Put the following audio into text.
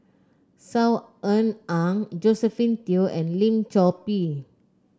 Saw Ean Ang Josephine Teo and Lim Chor Pee